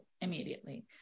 immediately